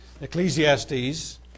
Ecclesiastes